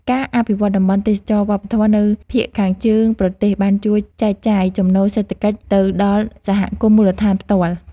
ការអភិវឌ្ឍតំបន់ទេសចរណ៍វប្បធម៌នៅភាគខាងជើងប្រទេសបានជួយចែកចាយចំណូលសេដ្ឋកិច្ចទៅដល់សហគមន៍មូលដ្ឋានផ្ទាល់។